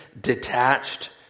detached